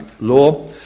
law